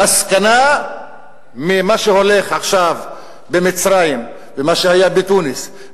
המסקנה ממה שהולך עכשיו במצרים ומה שהיה בתוניסיה,